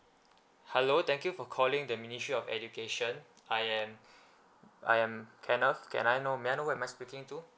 hello thank you for calling the ministry of education I am I am kenneth can I know may I know who am I speaking to